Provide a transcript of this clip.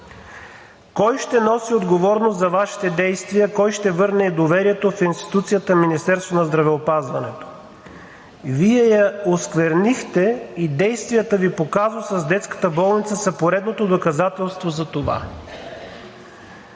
Кой ще носи отговорност за Вашите действия, кой ще върне доверието в институцията Министерство на здравеопазването? Вие я осквернихте и действията Ви по казуса с детската болница са поредното доказателство за това.